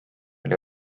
oli